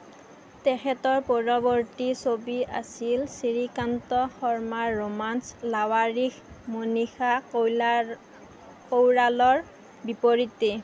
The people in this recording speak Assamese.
তেখেতৰ পৰৱৰ্তী ছবি আছিল শ্ৰীকান্ত শৰ্মাৰ ৰোমান্স লাৱাৰীস মনীষা কৈলাৰ কৈৰালাৰ বিপৰীতে